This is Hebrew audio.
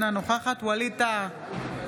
אינה נוכחת ווליד טאהא,